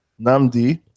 Namdi